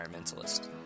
Environmentalist